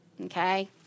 Okay